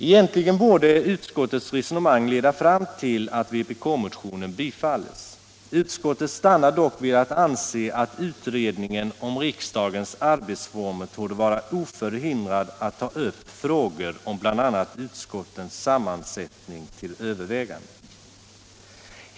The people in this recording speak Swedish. Egentligen borde utskottets resonemang leda fram till att vpk-motionen tillstyrks. Utskottet stannar dock vid att anse att utredningen om riksdagens arbetsformer torde vara oförhindrad att ta upp frågor om bl.a. utskottens sammansättning till övervägande.